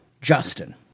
justin